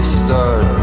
start